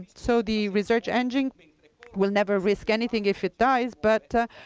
so the research engine will never risk anything if it dies, but